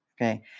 Okay